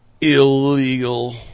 Illegal